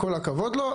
כל הכבוד לו,